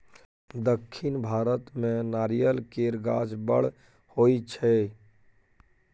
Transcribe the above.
दक्खिन भारत मे नारियल केर गाछ बड़ होई छै